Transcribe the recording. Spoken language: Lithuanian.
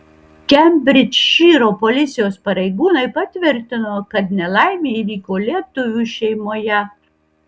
kembridžšyro policijos pareigūnai patvirtino kad nelaimė įvyko lietuvių šeimoje